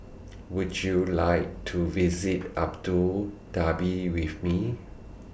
Would YOU like to visit Abu Dhabi with Me